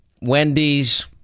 Wendy's